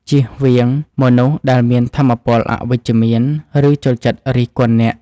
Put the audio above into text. ចៀសវាងមនុស្សដែលមានថាមពលអវិជ្ជមាន ឬចូលចិត្តរិះគន់អ្នក។